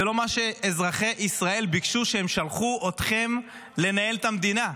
זה לא מה שאזרחי ישראל ביקשו כשהם שלחו אתכם לנהל את המדינה.